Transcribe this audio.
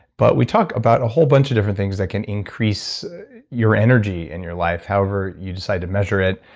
but we talk about a whole bunch of different things that can increase your energy in your life, however you decide to measure it.